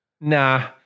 nah